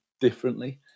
differently